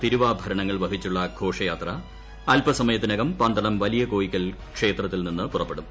തിരുവാഭരണങ്ങൾ വഹിച്ചുള്ള ഘോഷയാത്ര അൽപസമയത്തിനകം പന്തളം വലിയ കോയിക്കൽ ക്ഷേത്രത്തിൽ നിന്ന് പുറപ്പെടും